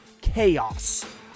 chaos